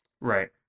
Right